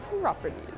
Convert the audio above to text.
properties